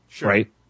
Right